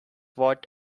what